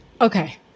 Okay